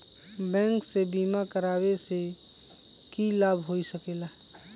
Bank से बिमा करावे से की लाभ होई सकेला?